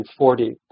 1940